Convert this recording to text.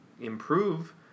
improve